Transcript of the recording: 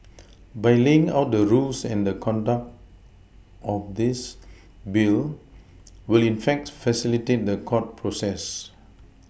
by laying out the rules and the conduct of this Bill will in fact facilitate the court process